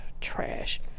Trash